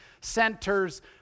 center's